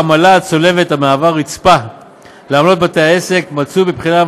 שיעור העמלה הצולבת המציינת רצפה לעמלת בית העסק נתון בבחינה,